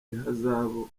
ihazabu